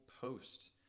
post